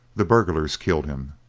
the burglars killed him.